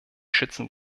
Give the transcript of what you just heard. schützen